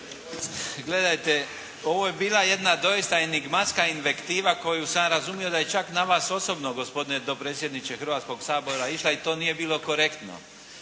Ovo je bila doista jedna enigmatska invektiva koju sam ja razumio da je čak na vas osobno gospodine dopredsjedniče Hrvatskog sabora išla i to nije bilo korektno.